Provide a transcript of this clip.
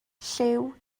llyw